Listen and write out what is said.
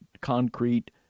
concrete